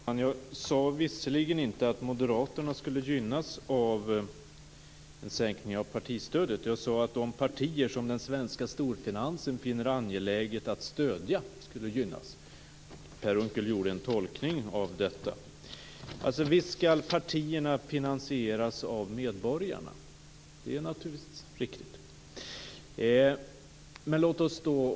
Fru talman! Jag sade visserligen inte att Moderaterna skulle gynnas av en sänkning av partistödet. Jag sade att de partier som den svenska storfinansen finner angeläget att stödja skulle gynnas. Per Unckel gjorde en tolkning av detta. Visst skall partierna finansieras av medborgarna. Det är naturligtvis riktigt.